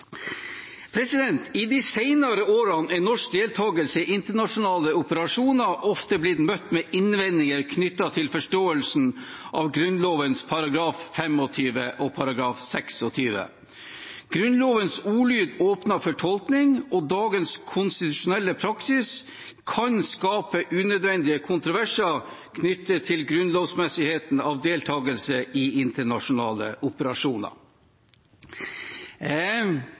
i regjeringen. I de senere årene er norsk deltakelse i internasjonale operasjoner ofte blitt møtt med innvendinger knyttet til forståelsen av Grunnloven §§ 25 og 26. Grunnlovens ordlyd åpner for tolkning, og dagens konstitusjonelle praksis kan skape unødvendige kontroverser knyttet til grunnlovsmessigheten av deltakelse i internasjonale operasjoner.